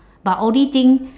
but only thing